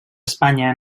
espanya